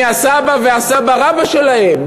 מי הסבא והסבא רבא שלהם?